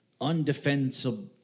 undefensible